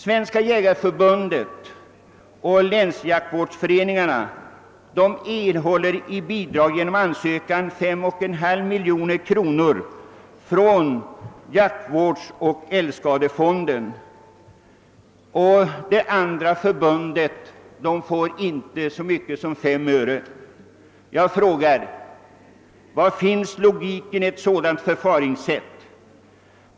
Svenska jägareförbundet och länsjaktvårdsföreningarna erhåller efter ansökan bidrag med 5,5 miljoner kronor från jaktvårdsoch älgskadefonderna. Det andra förbundet får inte så mycket som 5 öre. Jag frågar: Var finns logiken i detta förfaringssätt?